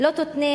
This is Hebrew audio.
אם כן,